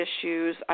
issues